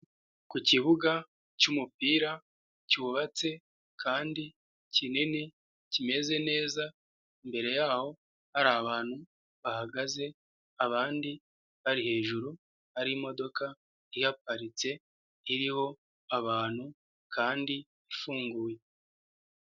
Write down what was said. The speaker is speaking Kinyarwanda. Ku kibuga cy'umupira cyubatse kandi kinini, kimeze neza, imbere yaho hari abantu bahagaze, abandi bari hejuru, hari imodoka ihaparitse, iriho abantu kandi ifunguye.